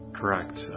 correct